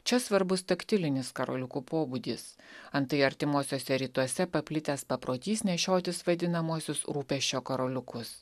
čia svarbus taktilinis karoliukų pobūdis antai artimuosiuose rytuose paplitęs paprotys nešiotis vadinamuosius rūpesčio karoliukus